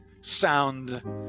sound